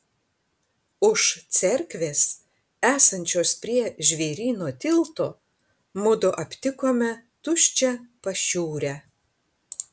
už cerkvės esančios prie žvėryno tilto mudu aptikome tuščią pašiūrę